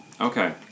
Okay